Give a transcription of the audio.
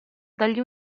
dagli